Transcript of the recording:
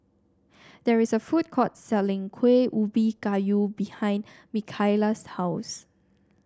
there is a food court selling Kuih Ubi Kayu behind Mikaela's house